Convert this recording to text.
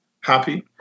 happy